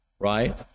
Right